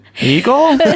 eagle